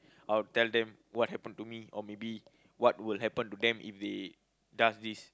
I will tell them what happened to me or maybe what will happen to them if they does this